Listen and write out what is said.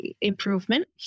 improvement